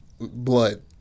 blood